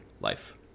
life